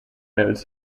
notes